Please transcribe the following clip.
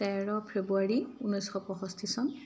তেৰ ফেব্ৰুৱাৰী ঊনৈছশ পঁষষ্ঠি চন